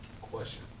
Question